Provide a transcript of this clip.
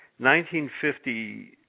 1950